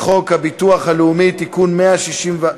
חוק הביטוח הלאומי, לא,